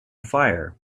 fire